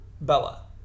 Bella